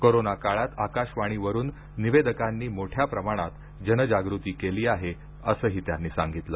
corona काळात आकाशवाणी वरून निवेदकांनी मोठ्या प्रमाणात जनजागृती केली आहे असंही त्यांनी सांगितलं